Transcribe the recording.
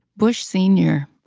bush sr.